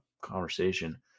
conversation